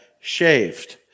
shaved